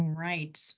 Right